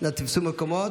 נא תפסו המקומות.